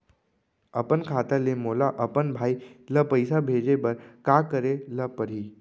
अपन खाता ले मोला अपन भाई ल पइसा भेजे बर का करे ल परही?